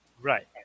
Right